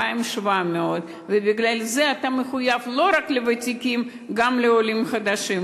2,700. ובגלל זה אתה מחויב לא רק לוותיקים אלא גם לעולים חדשים.